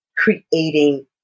creating